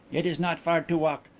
it is not far to walk.